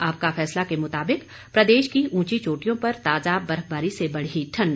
आपका फैसला के मुताबिक प्रदेश की ऊंची चोटियों पर ताजा बर्फबारी से बढ़ी ठंड